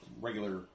regular